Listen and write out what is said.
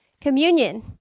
communion